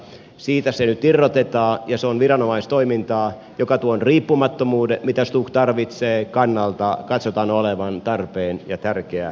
siitä se nyt irrotetaan ja se on viranomaistoimintaa joka tuon riippumattomuuden mitä stuk tarvitsee kannalta katsotaan olevan tarpeen ja tärkeä asia